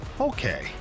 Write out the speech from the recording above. Okay